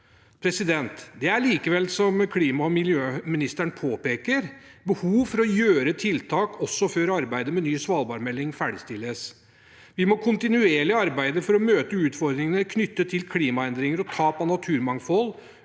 samkjørt. Det er likevel, som klima- og miljøministeren påpeker, behov for å gjøre tiltak også før arbeidet med ny svalbardmelding ferdigstilles. Vi må kontinuerlig arbeide for å møte utfordringene knyttet til klimaendringer og tap av naturmangfold,